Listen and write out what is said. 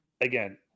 again